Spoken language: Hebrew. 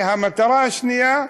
והמטרה השנייה: